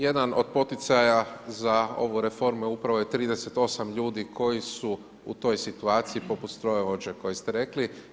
Jedan od poticaja za ovu reformu je upravo 38 ljudi koji su u toj situaciji poput strojovođe koje ste rekli.